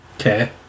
Okay